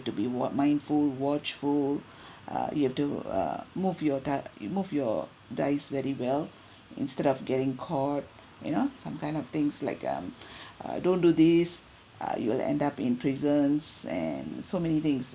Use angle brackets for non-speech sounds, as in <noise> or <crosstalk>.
to be more mindful watchful <breath> uh you have to err move your ti~ move your days very well instead of getting caught you know some kind of things like um <breath> uh don't do this uh you will end up in prisons and so many things